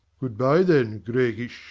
good-bye then, gregers.